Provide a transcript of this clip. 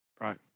Right